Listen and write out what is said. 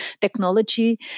technology